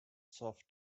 soft